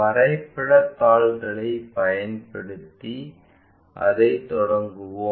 வரைபடத் தாள்களைப் பயன்படுத்தி அதைத் தொடங்குவோம்